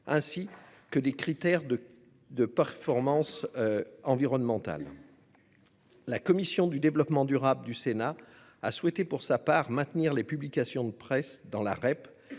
ainsi que des critères de performance environnementale. La commission l'aménagement du territoire et du développement durable du Sénat a souhaité pour sa part maintenir les publications de presse dans la REP